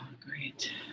Great